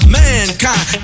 mankind